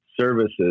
services